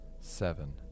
seven